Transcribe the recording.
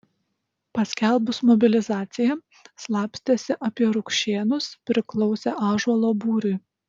paskelbus mobilizaciją slapstėsi apie rukšėnus priklausė ąžuolo būriui